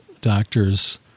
doctors